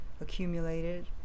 accumulated